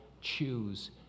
choose